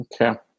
Okay